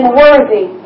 worthy